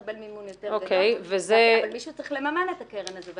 מקבל מימון יותר גדול אבל מישהו צריך לממן את הקרן הזו.